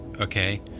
okay